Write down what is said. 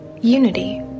unity